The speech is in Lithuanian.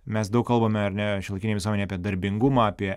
mes daug kalbame ar ne šiuolaikinėj visuomenėj apie darbingumą apie